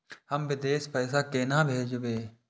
हम विदेश पैसा केना भेजबे?